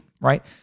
Right